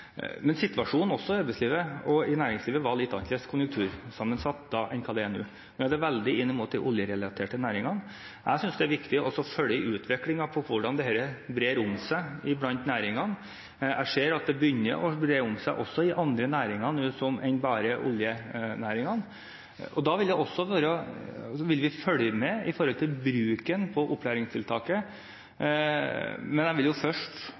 enn nå. Nå går det veldig inn mot de oljerelaterte næringene. Jeg synes det er viktig å følge utviklingen med hensyn til hvordan dette brer om seg i næringene, og jeg ser at det begynner å bre om seg også i andre næringer enn bare oljenæringen. Vi vil følge med på bruken av opplæringstiltaket, men jeg vil først vurdere det når etterspørselen etter tiltaket begynner å komme. Jeg ser ingen grunn til å bruke det nå, og til å endre på det nå, når ikke etterspørselen etter den løsningen er der, men